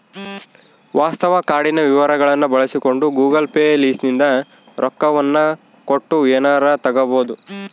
ವಾಸ್ತವ ಕಾರ್ಡಿನ ವಿವರಗಳ್ನ ಬಳಸಿಕೊಂಡು ಗೂಗಲ್ ಪೇ ಲಿಸಿಂದ ರೊಕ್ಕವನ್ನ ಕೊಟ್ಟು ಎನಾರ ತಗಬೊದು